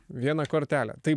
vieną kortelę tai